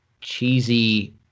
cheesy